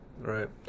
right